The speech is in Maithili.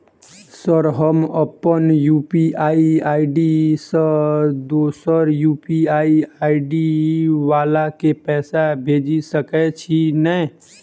सर हम अप्पन यु.पी.आई आई.डी सँ दोसर यु.पी.आई आई.डी वला केँ पैसा भेजि सकै छी नै?